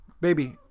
baby